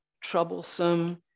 troublesome